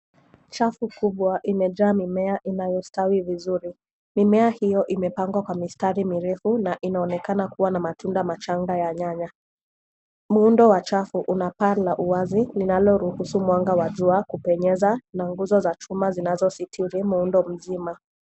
Chafu kubwa imejaa mimea inayostawi vizuri. Mimea hiyo imepangwa kwa mistari mirefu na inaonekana kuwa na matunda machanga ya nyanya. Muundo wa chafu una paa la uwazi linaoruhusu mwanga wa jua kupenyeza, na nguzo za chuma zinazositiri muundo mzima.